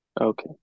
Okay